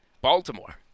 Baltimore